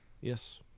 Yes